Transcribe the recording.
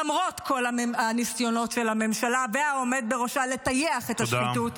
למרות כל הניסיונות של הממשלה והעומד בראשה לטייח את השחיתות -- תודה.